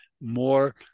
more